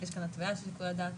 יש כאן התוויה של שיקול הדעת,